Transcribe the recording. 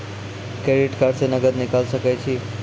Credit card से नगद निकाल सके छी?